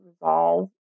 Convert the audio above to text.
resolve